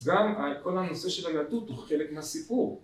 גם כל הנושא של היהדות הוא חלק מהסיפור.